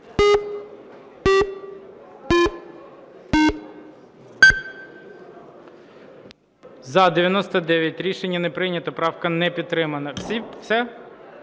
За-99 Рішення не прийнято. Правка не підтримана.